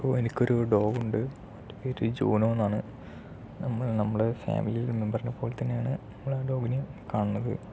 so എനിക്കൊരു dog ഉണ്ട് പേര് ജൂണോ എന്നാണ് നമ്മൾ നമ്മളെ ഫാമിലിയിലെ ഒരു മെമ്പറിനെപ്പോലെ തന്നെയാണ് നമ്മള് ആ ഡോഗിനെയും കാണണത്